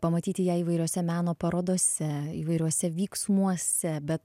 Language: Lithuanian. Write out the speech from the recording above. pamatyti ją įvairiose meno parodose įvairiuose vyksmuose bet